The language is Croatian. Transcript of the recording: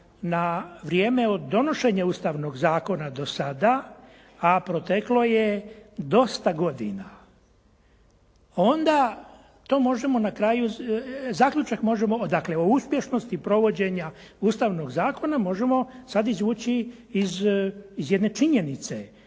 na vrijeme od donošenja Ustavnog zakona do sada, a proteklo je dosta godina, onda to možemo na kraju, zaključak možemo dakle o uspješnosti provođenja ustavnog zakona možemo sad izvući iz jedne činjenice.